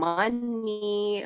money